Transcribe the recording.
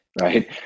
Right